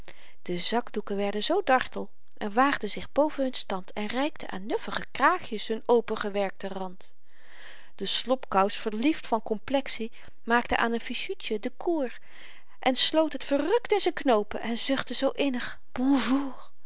de zakdoeken werden zoo dartel en waagden zich boven hun stand en reikten aan nuffige kraagjes hun opengewerkten rand de slobkous verliefd van complexie maakte aan een fichutje de cour en sloot het verrukt in z'n knoopen en zuchtte zoo innig